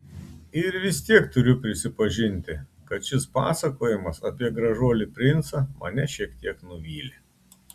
ir vis tiek turiu prisipažinti kad šis pasakojimas apie gražuolį princą mane šiek tiek nuvylė